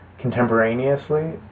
contemporaneously